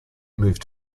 moved